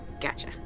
Gotcha